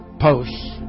posts